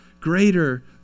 greater